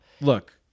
look